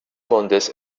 mondes